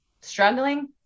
struggling